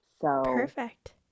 Perfect